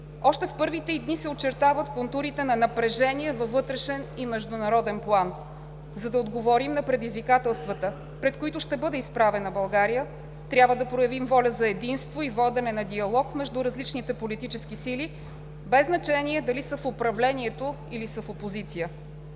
още в първите ѝ дни се очертават контурите на напрежение във вътрешен и международен план. За да отговорим на предизвикателствата, пред които ще бъде изправена България, трябва да проявим воля за единство и водене на диалог между различните политически сили, без значение дали са в управлението, или са в опозиция.